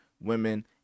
women